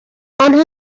آنها